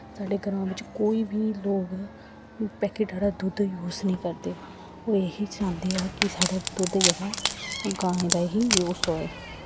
साढ़े ग्रांऽ बिच्च कोई बी लोग पैकेट आह्ला दुद्ध यूस निं करदे ओह् एह् ही चांह्दे ऐ ते साढ़ा दुद्ध जेह्ड़ा गायें दा ही य़ूस होए